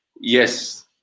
Yes